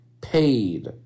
paid